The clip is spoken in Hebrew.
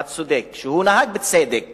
הצודק, שהוא נהג בצדק